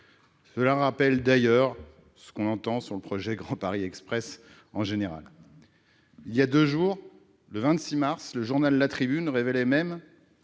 Cela rappelle d'ailleurs ce que l'on entend dire du projet Grand Paris Express en général ... Il y a deux jours, le 26 mars, le journal révélait même